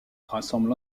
rassemble